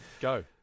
Go